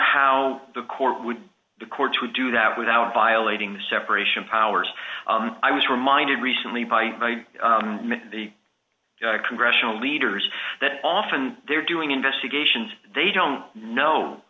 how the court would the courts would do that without violating the separation of powers i was reminded recently by the congressional leaders that often they're doing investigations they don't know